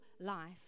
life